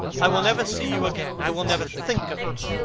i will never see you again. i will never think of you.